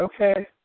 okay